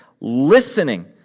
Listening